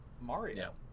Mario